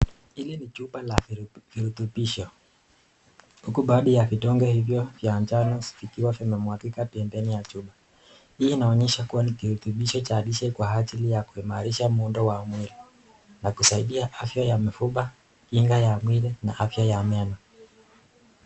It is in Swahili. Hili ni chupa la virutubisho, huku baadhi ya vidonge hivyo ya njano vikiwa zimemwagika pembeni ya chupa, hii inaonyesha kuwa ni kirutubisho cha lishe kwa ajili ya kuimalisah muundo wa mwili na kusaidia afya ya mifupa kinga ya mwili na afya ya meno.